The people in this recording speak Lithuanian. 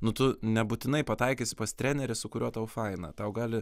nu tu nebūtinai pataikysi pas trenerį su kuriuo tau faina tau gali